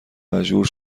مجبور